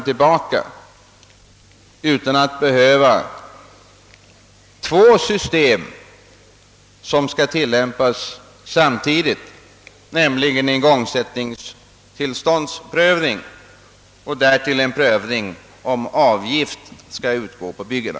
Nu får man två system som skall tillämpas samtidigt, nämligen igångsättningstillståndsprövning och en prövning om avgift skall utgå på byggena.